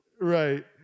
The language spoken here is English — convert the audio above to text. right